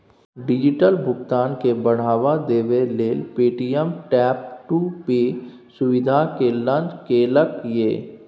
digital भुगतान केँ बढ़ावा देबै लेल पे.टी.एम टैप टू पे सुविधा केँ लॉन्च केलक ये